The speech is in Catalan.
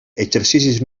exercicis